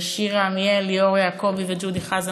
שירה עמיאל, ליאור יעקבי וג'ודי חזן.